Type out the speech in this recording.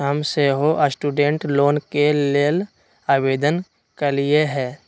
हम सेहो student loan के लेल आवेदन कलियइ ह